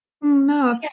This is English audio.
No